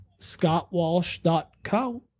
ScottWalsh.co